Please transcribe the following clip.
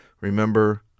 Remember